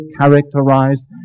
characterized